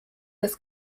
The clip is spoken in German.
das